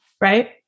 Right